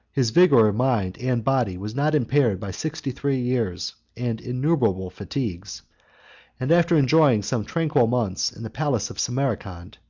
his vigor of mind and body was not impaired by sixty-three years, and innumerable fatigues and, after enjoying some tranquil months in the palace of samarcand,